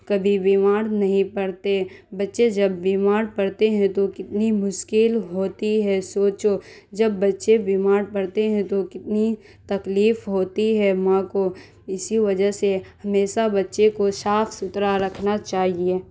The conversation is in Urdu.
کبھی بیمار نہیں پڑتے بچے جب بیمار پڑتے ہیں تو کتنی مشکل ہوتی ہے سوچو جب بچے بیمار پڑتے ہیں تو کتنی تکلیف ہوتی ہے ماں کو اسی وجہ سے ہمیشہ بچے کو صاف ستھرا رکھنا چاہیے